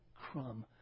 crumb